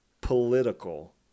political